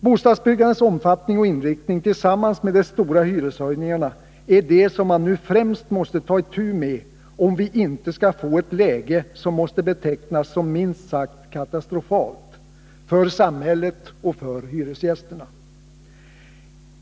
Bostadsbyggandets omfattning och inriktning tillsammans med de stora hyreshöjningarna är det som man nu främst måste ta itu med om vi inte skall få ett läge som måste betecknas som minst sagt katastrofalt — för samhället och för hyresgästerna.